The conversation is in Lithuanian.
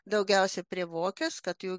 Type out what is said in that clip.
daugiausia prie vokės kad jų